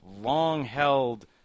long-held